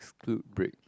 ~clude break